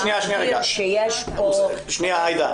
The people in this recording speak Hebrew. יש פה --- רגע, עאידה,